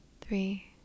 three